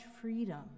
freedom